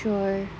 sure